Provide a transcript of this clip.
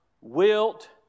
wilt